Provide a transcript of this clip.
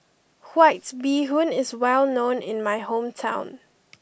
White Bee Hoon is well known in my hometown